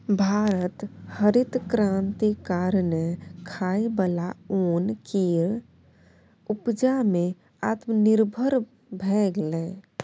भारत हरित क्रांति कारणेँ खाइ बला ओन केर उपजा मे आत्मनिर्भर भए गेलै